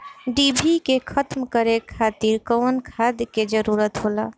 डिभी के खत्म करे खातीर कउन खाद के जरूरत होला?